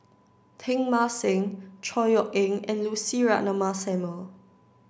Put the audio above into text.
Teng Mah Seng Chor Yeok Eng and Lucy Ratnammah Samuel